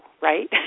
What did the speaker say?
right